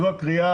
זו הקריאה,